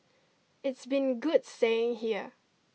it's been good staying here